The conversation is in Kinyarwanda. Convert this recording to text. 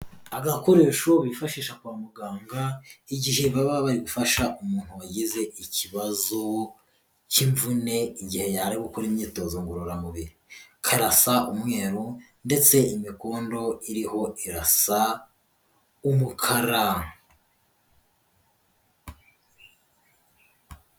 Agakoresho bifashisha kwa muganga, igihe baba bari gufasha umuntu wagize ikibazo, cy'imvune igihe yari gukora imyitozo ngororamubiri. Karasa umweru, ndetse imikondo iriho irasa umukara.